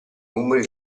numeri